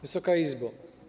Wysoka Izbo!